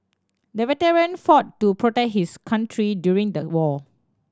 the veteran fought to protect his country during the war